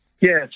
Yes